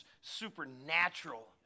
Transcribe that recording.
supernatural